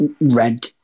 red